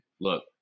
look